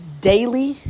daily